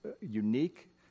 unique